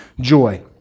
joy